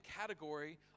category